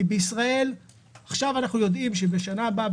בישראל אנחנו יודעים שבשנה הבאה,